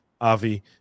avi